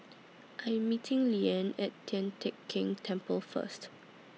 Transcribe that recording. I Am meeting Leanne At Tian Teck Keng Temple First